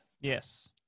Yes